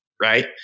right